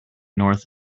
north